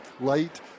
light